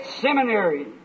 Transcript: seminary